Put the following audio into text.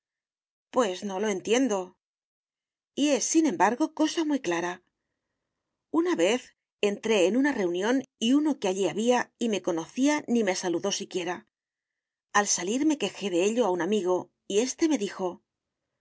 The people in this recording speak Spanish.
pues no lo entiendo y es sin embargo cosa muy clara una vez entré en una reunión y uno que allí había y me conocía ni me saludó siquiera al salir me quejé de ello a un amigo y éste me dijo